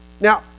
Now